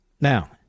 Now